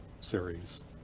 series